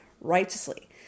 righteously